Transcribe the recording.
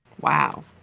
Wow